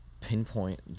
pinpoint